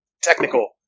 technical